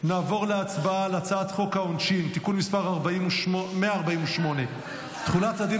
נעבור להצבעה על הצעת חוק העונשין (תיקון מס' 148) (תחולת הדין